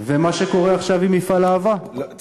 ועבור תיירים מהרבה מאוד מדינות,